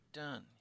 done